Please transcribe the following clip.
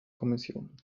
kommission